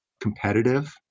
competitive